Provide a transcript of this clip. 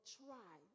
try